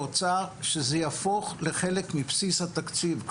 האוצר שזה יהפוך לחלק מבסיס התקציב שלנו.